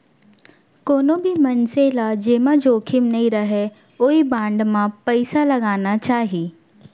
कोनो भी मनसे ल जेमा जोखिम नइ रहय ओइ बांड म पइसा लगाना चाही